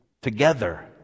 Together